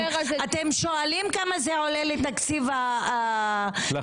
אתם שואלים כמה זה עולה לתקציב הציבור?